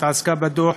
שהתעסקה בדוח,